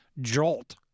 jolt